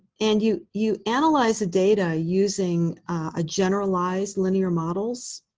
and you you analyze the data using a generalized linear models